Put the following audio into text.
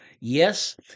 Yes